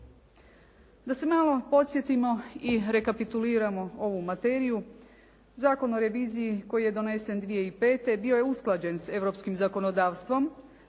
Da se malo podsjetimo i rekapituliramo ovu materiju. Zakon o reviziji koji je donesen 2005. bio je usklađen s europskim zakonodavstvom,